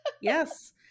Yes